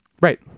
Right